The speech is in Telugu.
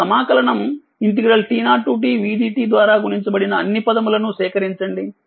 ఇప్పుడు సమాకలనం t0tv dt ద్వారా గుణించబడిన అన్ని పదములను సేకరించండి